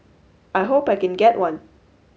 I hope I can get one